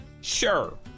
sure